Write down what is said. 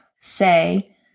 say